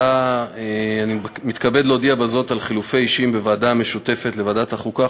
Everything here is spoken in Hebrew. אני מתכבד להודיע בזה על חילופי אישים בוועדה המשותפת לוועדת החוקה,